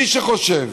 מי שחושב